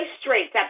straight